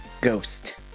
ghost